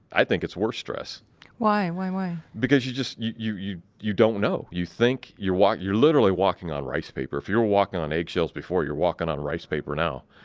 i think it's worse stress why? why, why? because you just, you, you, you don't know. you think you're you're literally walking on rice paper. if you're walking on eggshells before, you're walking on rice paper now.